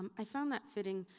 um i found that fitting